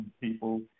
people